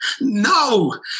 no